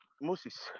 Moses